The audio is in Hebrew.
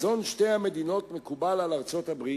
חזון שתי המדינות מקובל על ארצות-הברית,